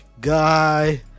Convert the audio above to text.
guy